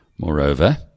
Moreover